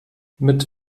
mit